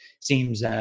seems